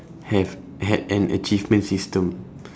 have had an achievement system